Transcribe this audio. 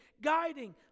guiding